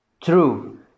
True